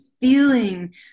feeling